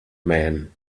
man